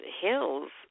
hills